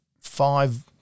five